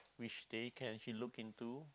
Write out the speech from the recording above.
which they can actually look into